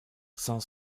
cinq